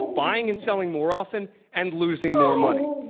buying and selling more often and losing more money.